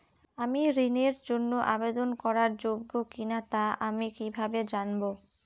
আমি ঋণের জন্য আবেদন করার যোগ্য কিনা তা আমি কীভাবে জানব?